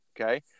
okay